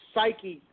psyche